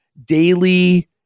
daily